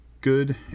good